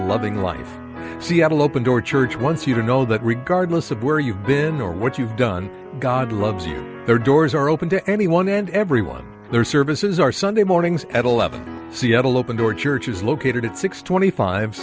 loving life seattle open door church once you know that regardless of where you've been or what you've done god loves you there are doors are open to anyone and everyone their services are sunday morning at eleven seattle open door church is located at six twenty five